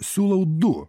siūlau du